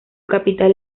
capital